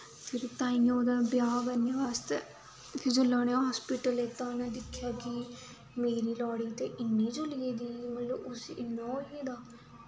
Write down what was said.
फिर तांइयै ओह्दा ब्याह् करने बास्तै फिर जिसलै उ'नें हस्पिटल लेता उन्नै दिक्खेआ कि मेरी लाड़ी ते इन्नी जली गेदी ऐ मतलब उसी इन्ना होई गेदा